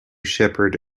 shepherd